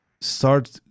Start